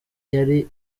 yari